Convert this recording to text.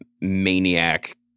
maniac